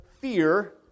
fear